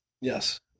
yes